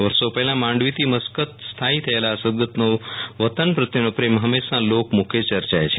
વર્ષો પહેલા માંડવી થી મસ્કત સ્થાઈ થયેલા આ સદગતનો વતન પ્રત્યેનો પ્રેમ હંમેશા લોકમુખે યર્ચાય છે